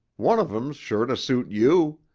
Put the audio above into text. one of em's sure to suit you.